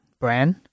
brand